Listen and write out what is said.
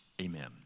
amen